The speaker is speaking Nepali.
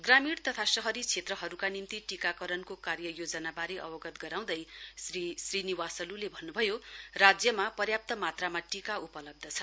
ग्रामीण तथा शहरी क्षेत्रहरूका निम्ति टीकाकरणको कार्य योजनाबारे अवगत गराउँदै श्री श्रीनिवासल्ले भन्न् भयो राज्यमा पर्याप्त मात्रामा टीका उपलब्ध छ